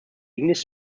english